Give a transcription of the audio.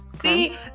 See